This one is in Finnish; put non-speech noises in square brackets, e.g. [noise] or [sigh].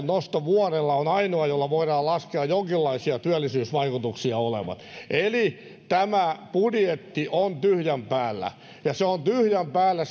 [unintelligible] nosto vuodella on ainoa jolla voidaan laskea jonkinlaisia työllisyysvaikutuksia olevan eli tämä budjetti on tyhjän päällä ja se on tyhjän päällä [unintelligible]